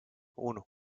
uno